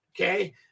Okay